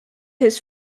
his